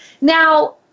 now